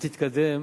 היא תתקדם